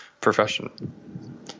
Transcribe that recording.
profession